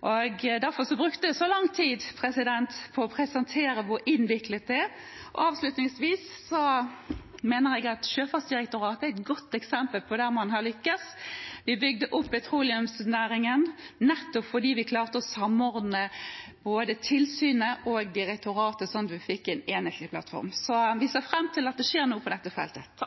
var derfor jeg brukte så lang tid på å presentere hvor innviklet det er. Avslutningsvis mener jeg at Sjøfartsdirektoratet er et godt eksempel på at man har lyktes. Vi bygde opp petroleumsnæringen nettopp fordi vi klarte å samordne både tilsynet og direktoratet slik at vi fikk en enhetlig plattform. Så vi ser fram til at det skjer noe på dette feltet.